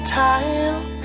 time